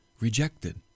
rejected